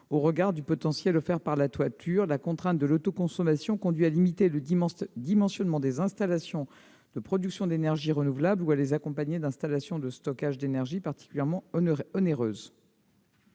au regard du potentiel offert par la toiture. La contrainte de l'autoconsommation conduit à limiter le dimensionnement des installations de production d'énergie renouvelable ou à les accompagner d'installations de stockage d'énergie particulièrement onéreuses.